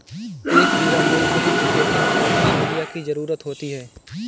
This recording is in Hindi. एक बीघा मूंगफली की खेती में कितनी यूरिया की ज़रुरत होती है?